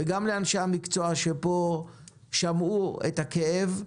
וגם לאנשי המקצוע שפה שמעו את הכאב,